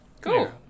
Cool